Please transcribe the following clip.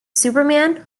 superman